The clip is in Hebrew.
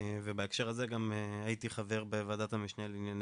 בהקשר הזה, הייתי גם חבר בוועדת המשנה לענייני